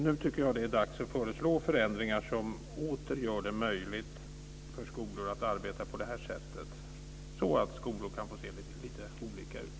Nu är det dags att föreslå förändringar som åter gör det möjligt för skolor att arbeta så, så att skolor kan få se lite olika ut.